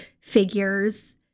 figures